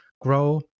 grow